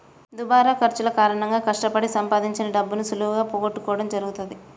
దుబారా ఖర్చుల కారణంగా కష్టపడి సంపాదించిన డబ్బును సులువుగా పోగొట్టుకోడం జరుగుతది